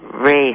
Race